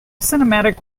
cinematic